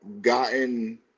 gotten